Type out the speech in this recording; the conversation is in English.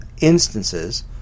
instances